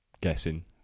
guessing